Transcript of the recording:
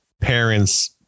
parents